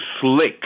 slick